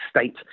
state